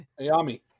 Ayami